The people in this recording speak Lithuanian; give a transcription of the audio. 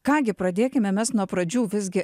ką gi pradėkime mes nuo pradžių visgi